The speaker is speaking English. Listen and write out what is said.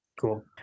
Cool